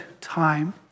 time